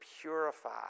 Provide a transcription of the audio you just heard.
purify